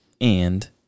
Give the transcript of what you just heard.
And-